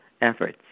efforts